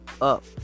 up